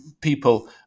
people